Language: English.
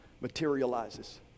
materializes